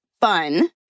fun